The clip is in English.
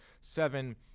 seven